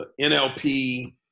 NLP